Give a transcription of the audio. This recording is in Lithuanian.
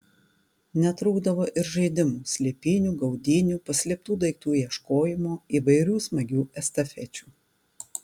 netrūkdavo ir žaidimų slėpynių gaudynių paslėptų daiktų ieškojimo įvairių smagių estafečių